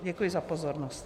Děkuji za pozornost.